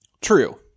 True